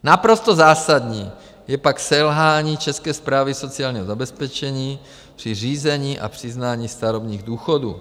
Naprosto zásadní je pak selhání České správy sociálního zabezpečení při řízení a přiznání starobních důchodů.